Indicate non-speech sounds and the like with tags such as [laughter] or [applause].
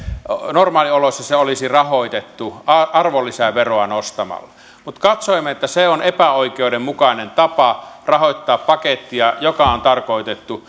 normaalioloissa se olisi rahoitettu arvonlisäveroa nostamalla mutta katsoimme että se on epäoikeudenmukainen tapa rahoittaa pakettia joka on tarkoitettu [unintelligible]